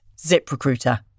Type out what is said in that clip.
ZipRecruiter